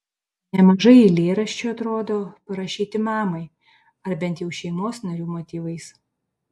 nemažai eilėraščių atrodo parašyti mamai ar bent jau šeimos narių motyvais